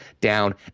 down